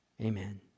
Amen